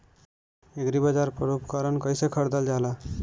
एग्रीबाजार पर उपकरण कइसे खरीदल जाला?